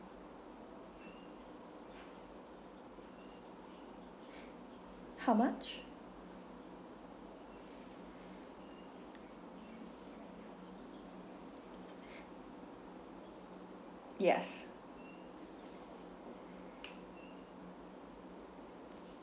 how much yes